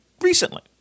recently